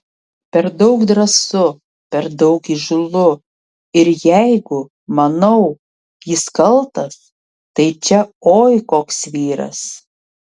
per daug drąsu per daug įžūlu ir jeigu manau jis kaltas tai čia oi koks vyras